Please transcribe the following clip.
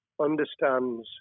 understands